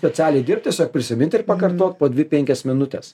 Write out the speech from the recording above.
specialiai dirbt tiesiog prisimint ir pakartot po dvi penkias minutes